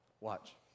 Watch